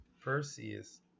Perseus